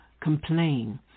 complain